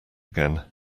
again